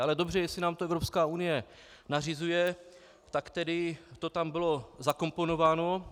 Ale dobře jestli nám to Evropská unie nařizuje, tak tedy to tam bylo zakomponováno.